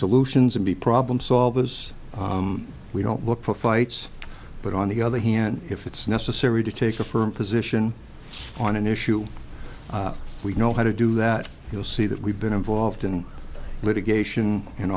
solutions and the problem solvers we don't look for fights but on the other hand if it's necessary to take a firm position on an issue we know how to do that you'll see that we've been involved in litigation and